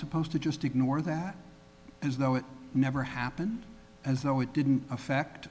supposed to just ignore that as though it never happened as though it didn't affect